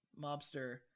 mobster